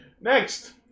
Next